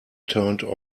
turned